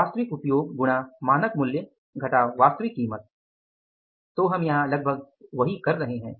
वास्तविक उपयोग गुणा मानक मूल्य घटाव वास्तविक कीमत तो हम यहाँ लगभग वही कर रहे हैं